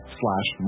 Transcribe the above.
slash